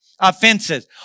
offenses